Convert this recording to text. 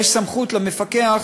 יש סמכות למפקח